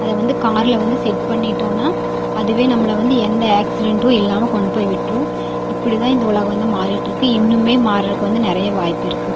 அதை வந்து கார்ல வந்து செட் பண்ணிட்டோம்னா அதுவே நம்மளை வந்து எந்த ஆக்சிடென்ட்டும் இல்லாமல் கொண்டுப் போய் விட்டுரும் இப்படி தான் இந்த உலகம் வந்து மாறிகிட்ருக்கு இன்னுமே மாறுறக்கு வந்து நிறைய வாய்ப்பு இருக்குது